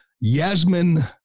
Yasmin